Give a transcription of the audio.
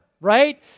right